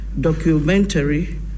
documentary